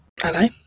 Hello